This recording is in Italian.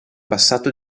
passato